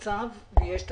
יש כאן צו ויש תקנות.